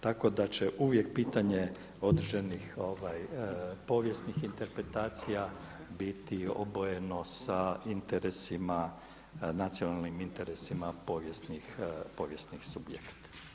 Tako da će uvijek pitanje određenih povijesnih interpretacija biti obojeno sa interesima, nacionalnim interesima povijesnih subjekata.